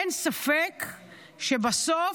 אין ספק שבסוף,